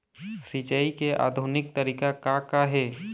सिचाई के आधुनिक तरीका का का हे?